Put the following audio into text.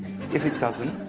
if it doesn't,